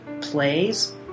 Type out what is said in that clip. plays